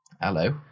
hello